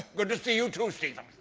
good to see you, too, stephen.